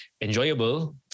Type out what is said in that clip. enjoyable